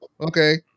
okay